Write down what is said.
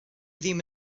ddim